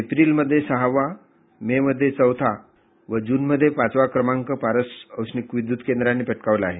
एप्रिलमध्ये सहावा मेमध्ये चौथा आणि जूनमध्ये पाचवा क्रमांक पारस औरिणक वियुत केंद्रानं पटकावला आहे